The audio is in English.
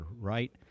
right